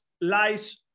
lies